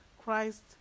Christ